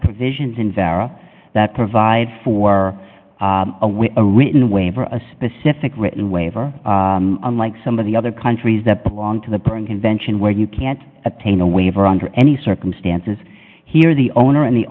provisions in vera that provide for a written waiver a specific written waiver unlike some of the other countries that belong to the convention where you can't obtain a waiver under any circumstances here the owner and the